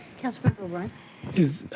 councilmember? is